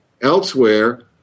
elsewhere